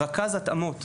רכז התאמות.